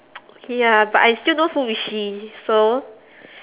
ya but I still know who is she so